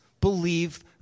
believe